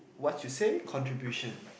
what you say contribution